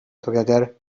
together